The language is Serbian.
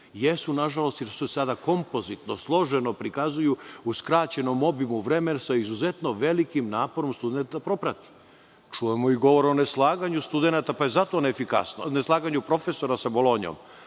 Jesu nažalost, jer se sada kompozitivno, složeno prikazuju u skraćenom obimu vremena sa izuzetno sa velikim naporom studenta da to proprati. Čujemo i govor o ne slaganju studenata, pa je zato neslaganje profesora sa Bolonjom.